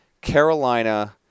Carolina